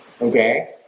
okay